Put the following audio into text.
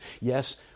Yes